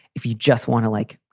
if you just want to, like,